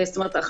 זאת אומרת,